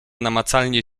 namacalnie